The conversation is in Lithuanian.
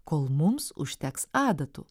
kol mums užteks adatų